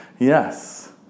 Yes